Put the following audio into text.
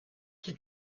qui